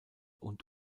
und